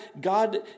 God